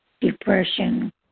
depression